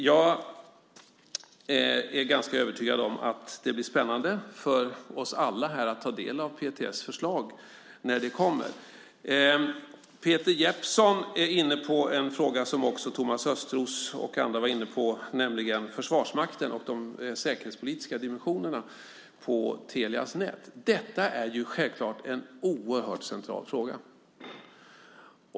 Jag är ganska övertygad om att det blir spännande för oss alla att ta del av PTS förslag när det kommer. Peter Jeppsson är inne på en fråga som Thomas Östros och andra var inne på, nämligen Försvarsmakten och de säkerhetspolitiska dimensionerna på Telias nät. Detta är självklart en oerhört central fråga.